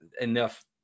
enough